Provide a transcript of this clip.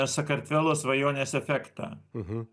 sakartvelo svajonės efektą